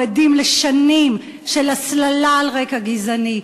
אנחנו עדים לשנים של הסללה על רקע גזעני,